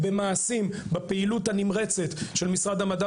אני גר סמוך לאוניברסיטת תל אביב,